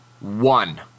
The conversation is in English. One